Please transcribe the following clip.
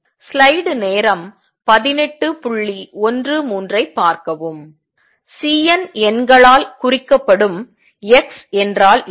C n எண்களால் குறிக்கப்படும் x என்றால் என்ன